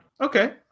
Okay